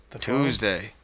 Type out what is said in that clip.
Tuesday